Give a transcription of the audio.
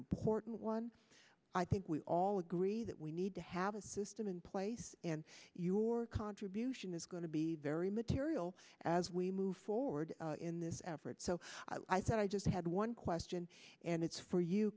important one i think we all agree that we need to have a system in place and your contribution is going to be very material as we move forward in this effort so i thought i just had one question and it's for you